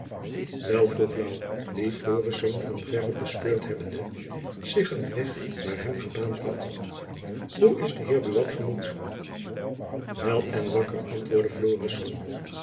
wel vroeg louw die florisz van verre bespeurd hebbende zich een weg naar hem gebaand had hoe is de heer buat gemoed wel en wakker antwoordde